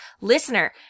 Listener